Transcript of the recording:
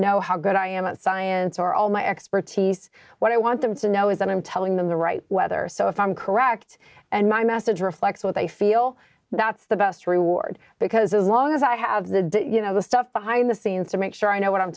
know how good i am at science or all my expertise what i want them to know is that i'm telling them the right weather so if i'm correct and my message reflects what they feel that's the best reward because as long as i have the do you know the stuff behind the scenes to make sure i know what i'm